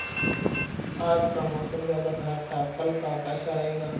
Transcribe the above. आज का मौसम ज्यादा ख़राब था कल का कैसा रहेगा?